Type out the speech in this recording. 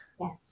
Yes